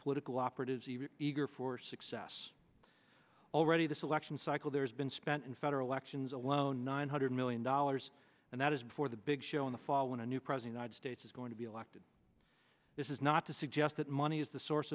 even eager for success already this election cycle there's been spent in federal elections alone nine hundred million dollars and that is before the big show in the fall when a new president i'd states is going to be elected this is not to suggest that money is the source